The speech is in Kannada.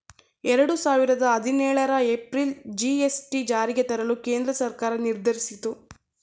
ಎರಡು ಸಾವಿರದ ಹದಿನೇಳರ ಏಪ್ರಿಲ್ ಜಿ.ಎಸ್.ಟಿ ಜಾರಿಗೆ ತರಲು ಕೇಂದ್ರ ಸರ್ಕಾರ ನಿರ್ಧರಿಸಿತು